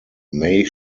may